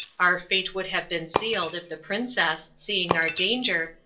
our fate would have been sealed if the princess, seeing our danger,